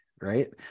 right